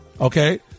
Okay